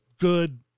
good